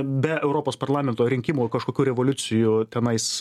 be europos parlamento rinkimų kažkokių revoliucijų tenais